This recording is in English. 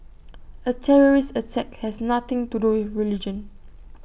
A terrorist act has nothing to do with religion